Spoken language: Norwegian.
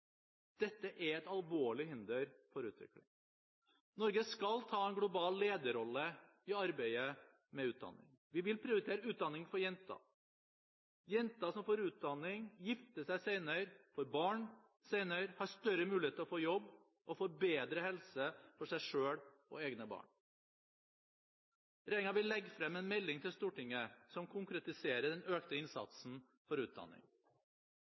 Dette er et alvorlig hinder for utvikling. Norge skal ta en global lederrolle i arbeidet med utdanning. Vi vil prioritere utdanning for jenter. Jenter som får utdanning, gifter seg senere, får barn senere, har større mulighet til å få jobb og får bedre helse for seg selv og egne barn. Regjeringen vil legge frem en melding for Stortinget som konkretiser den økte innsatsen for utdanning.